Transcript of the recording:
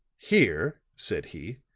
here, said he,